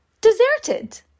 deserted